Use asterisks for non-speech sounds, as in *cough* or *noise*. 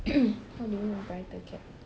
*coughs* what do you mean brighter cat